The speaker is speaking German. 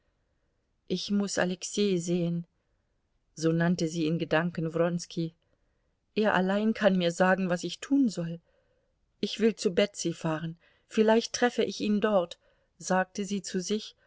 sagen was ich tun soll ich will zu betsy fahren vielleicht treffe ich ihn dort sagte sie